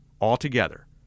altogether